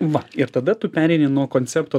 va ir tada tu pereini nuo koncepto